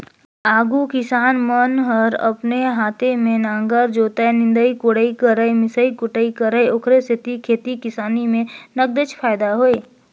आघु किसान मन हर अपने हाते में नांगर जोतय, निंदई कोड़ई करयए मिसई कुटई करय ओखरे सेती खेती किसानी में नगदेच फायदा होय